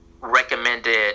recommended